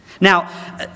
Now